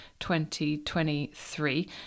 2023